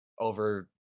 over